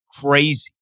crazy